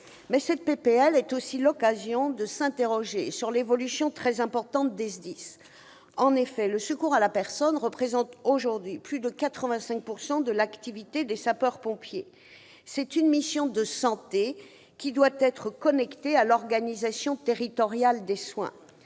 de loi est aussi l'occasion de s'interroger sur l'évolution très importante des SDIS. En effet, le secours à la personne représente aujourd'hui plus de 85 % de l'activité de sapeur-pompier. Cette mission de santé doit être connectée à l'organisation territoriale des soins.